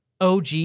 OG